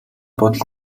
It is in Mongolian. бодол